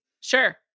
Sure